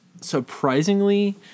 surprisingly